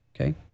okay